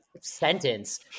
sentence